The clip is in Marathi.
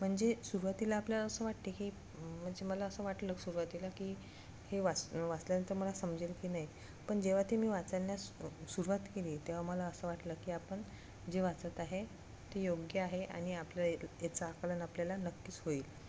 म्हणजे सुरुवातीला आपल्याला असं वाटते की म्हणजे मला असं वाटलं सुरवातीला की हे वाच वाचल्यानंतर मला समजेल की नाही पण जेव्हा ते मी वाचण्यास सुरवात केली तेव्हा मला असं वाटलं की आपण जे वाचत आहे ते योग्य आहे आणि आपलं याचा आकलन आपल्याला नक्कीच होईल